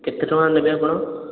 କେତେ ଟଙ୍କା ନେବେ ଆପଣ